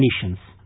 conditions